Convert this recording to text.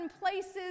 places